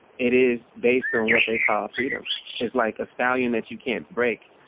it is based on what they call freedom is like a stallion that you can't break.